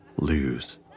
lose